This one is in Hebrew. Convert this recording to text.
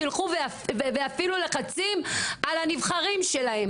שילכו ויפעילו לחצים על הנבחרים שלהן,